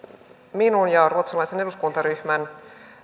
minun ja ruotsalaisen eduskuntaryhmän